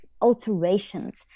alterations